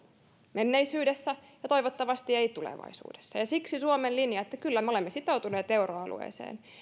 menneisyydessä ja toivottavasti ei tulevaisuudessa siksi suomen linja että kyllä me olemme sitoutuneet euroalueeseen